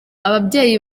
ababyeyi